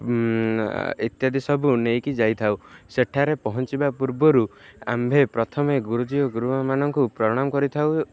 ଇତ୍ୟାଦି ସବୁ ନେଇକି ଯାଇଥାଉ ସେଠାରେ ପହଞ୍ଚିବା ପୂର୍ବରୁ ଆମ୍ଭେ ପ୍ରଥମେ ଗୁରୁଜୀ ଓ ଗୁରୁମାନଙ୍କୁ ପ୍ରଣାମ କରିଥାଉ